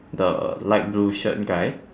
the light blue shirt guy